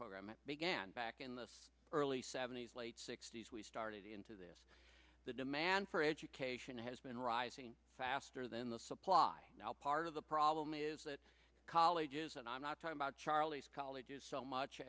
program began back in the early seventy's late sixty's we started into this the demand for education has been rising faster than the supply now part of the problem is that colleges and i'm not talking about charlie's colleges so much